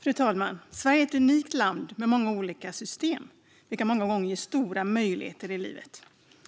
Fru talman! Sverige är ett unikt land med många olika system, vilket många gånger ger stora möjligheter i livet.